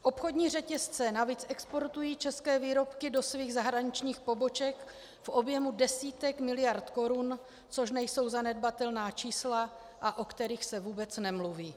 Obchodní řetězce navíc exportují české výrobky do svých zahraničních poboček v objemu desítek miliard korun, což nejsou zanedbatelná čísla, a o kterých se vůbec nemluví.